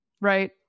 right